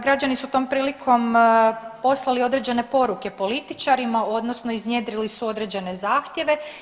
Građani su tom prilikom poslali određene poruke političarima odnosno iznjedrili su određene zahtjeve.